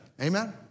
Amen